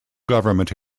government